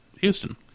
Houston